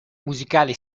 musicale